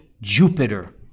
Jupiter